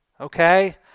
okay